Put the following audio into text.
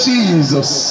Jesus